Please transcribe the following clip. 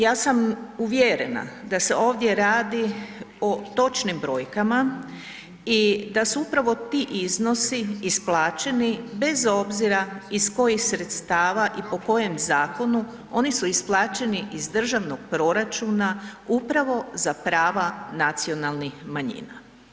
Ja sam uvjerena da se ovdje radi o točnim brojkama i da su upravo ti iznosi isplaćeni bez obzira iz kojih sredstava i po kojem zakonu, oni su isplaćeni iz državnog proračuna upravo za prava nacionalnih manjina.